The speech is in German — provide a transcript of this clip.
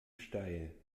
steil